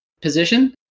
position